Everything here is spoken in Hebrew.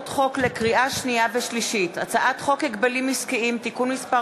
לקריאה שנייה ולקריאה שלישית: הצעת חוק ההגבלים העסקיים (תיקון מס'